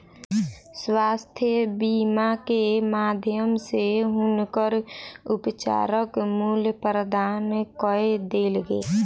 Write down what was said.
स्वास्थ्य बीमा के माध्यम सॅ हुनकर उपचारक मूल्य प्रदान कय देल गेल